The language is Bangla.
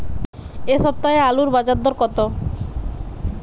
এ সপ্তাহে আলুর বাজার দর কত?